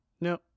No